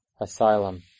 asylum